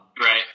right